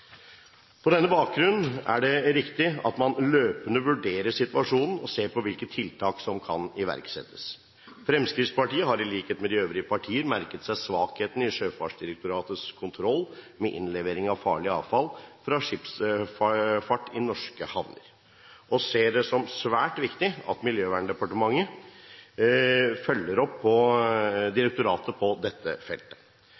På denne bakgrunn er det riktig at man løpende vurderer situasjonen og ser på hvilke tiltak som kan iverksettes. Fremskrittspartiet har, i likhet med de øvrige partier, merket seg svakhetene i Sjøfartsdirektoratets kontroll med innlevering av farlig avfall fra skipsfart i norske havner og ser det som svært viktig at Miljøverndepartementet følger opp direktoratet på